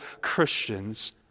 Christians